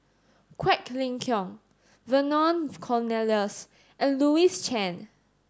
Quek Ling Kiong Vernon Cornelius and Louis Chen